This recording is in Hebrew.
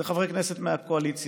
זה חברי כנסת מהקואליציה,